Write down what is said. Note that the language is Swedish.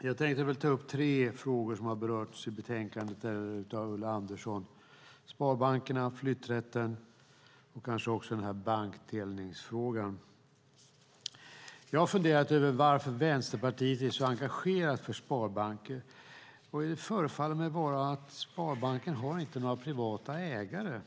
Fru talman! Jag tänkte ta upp tre frågor som har berörts i betänkandet och av Ulla Andersson. Det gäller sparbankerna, flytträtten och kanske också bankdelningsfrågan. Jag har funderat över varför Vänsterpartiet är så engagerat för sparbanker. Det förefaller mig vara för att sparbanken inte har några privata ägare.